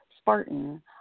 Spartan